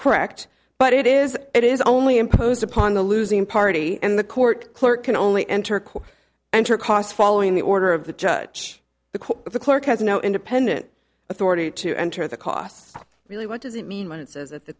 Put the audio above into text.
correct but it is it is only imposed upon the losing party and the court clerk can only enter court and her cause following the order of the judge the court the clerk has no independent authority to enter the costs really what does it mean when it says that the